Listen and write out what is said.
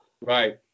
right